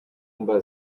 ingabo